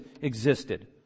existed